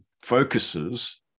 focuses